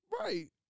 Right